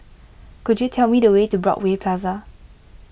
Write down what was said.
could you tell me the way to Broadway Plaza